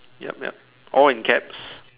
yup yup all in caps